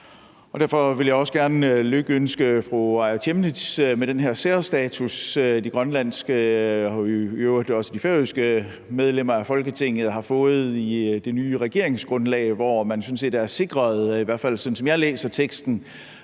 jeg vil også gerne lykønske fru Aaja Chemnitz med den her særstatus, som de grønlandske og i øvrigt også de færøske medlemmer af Folketinget har fået i det nye regeringsgrundlag, hvor man sådan set er sikret – i hvert fald sådan, som jeg læser teksten